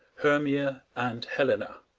hermia, and helena